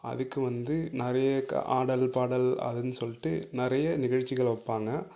அதுக்கு வந்து நிறையா ஆடல் பாடல் அதுன்னு சொல்லிட்டு நிறைய நிகழ்ச்சிகள் வைப்பாங்க